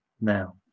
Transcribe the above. now